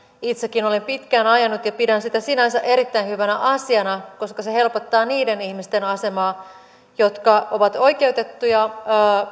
itsekin olen pitkään ajanut ja pidän sitä sinänsä erittäin hyvänä asiana koska se helpottaa niiden ihmisten asemaa jotka ovat oikeutettuja